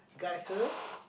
guide her